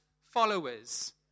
followers